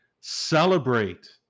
celebrate